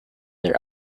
their